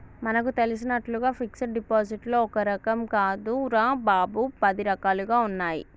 మనకు తెలిసినట్లుగా ఫిక్సడ్ డిపాజిట్లో ఒక్క రకం కాదురా బాబూ, పది రకాలుగా ఉన్నాయి